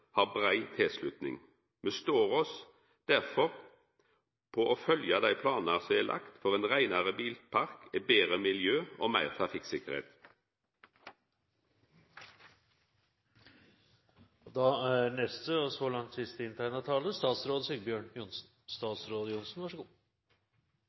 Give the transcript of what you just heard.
har brei tilslutning. Me står oss derfor på å følgja dei planane som er lagde for ein reinare bilpark, eit betre miljø og større trafikktryggleik. Noen ganger er det fornuftig å lette blikket og